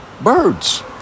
birds